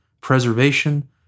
preservation